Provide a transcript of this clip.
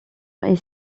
est